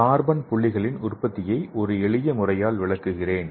எனவே கார்பன் புள்ளிகளின் உற்பத்தியை ஒரு எளிய முறையால் விளக்குகிறேன்